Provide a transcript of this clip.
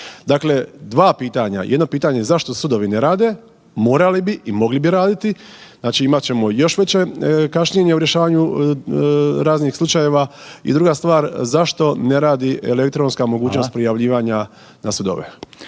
Dakle, dva pitanja. Jedno pitanje je zašto sudovi ne rade? Morali bi i mogli bi raditi. Znači imat ćemo još veća kašnjenja u rješavanju raznih slučajeva. I druga stvar, zašto ne radi elektronska mogućnost prijavljivanja na sudove?